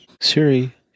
Siri